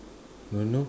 don't know